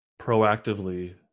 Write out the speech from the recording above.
proactively